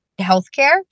healthcare